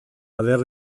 aver